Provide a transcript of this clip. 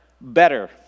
better